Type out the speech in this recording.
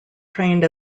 trained